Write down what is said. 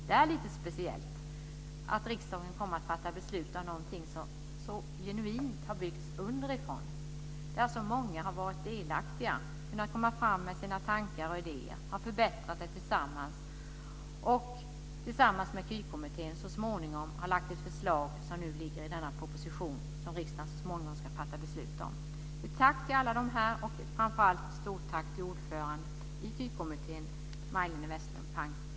Det är lite speciellt att riksdagen kommer att fatta beslut om någonting som så genuint har byggts underifrån, där så många har varit delaktiga. Man har kunnat komma med sina tankar och idéer, förbättrat dem tillsammans och tillsammans med KY kommittén så småningom lagt fram ett förslag som nu föreligger i denna proposition som riksdagen så småningom ska fatta beslut om. Ett tack till alla dessa människor och framför allt ett stort tack till ordföranden i KY-kommittén, Majléne Westerlund Panke.